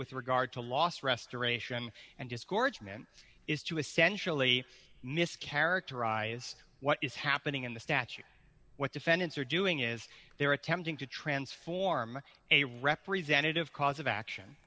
with regard to loss restoration and disgorgement is to essentially mischaracterize what is happening in the statute what defendants are doing is they're attempting to transform a representative cause of action